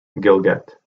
gilgit